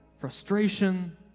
frustration